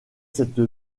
cette